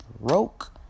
broke